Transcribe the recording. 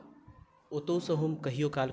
ओतौ सऽ हम कहियो काल कऽ खरीदै छी